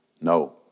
No